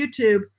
YouTube